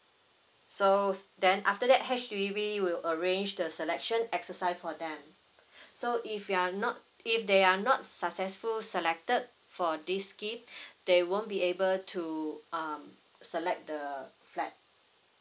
so then after that H_D_B will arrange the selection exercise for them so if you are not if they are not successful selected for this scheme they won't be able to um select the flat